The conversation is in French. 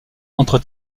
entre